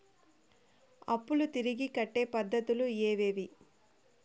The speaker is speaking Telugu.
అప్పులు తిరిగి కట్టే పద్ధతులు ఏవేవి